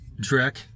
Drek